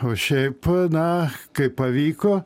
o šiaip na kaip pavyko